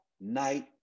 night